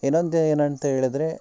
ಇನ್ನೊಂದು ಏನಂತ ಹೇಳಿದ್ರೆ